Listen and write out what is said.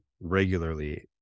regularly